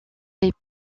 les